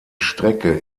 strecke